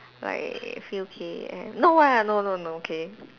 like few K_M no ah no no no okay